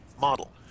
model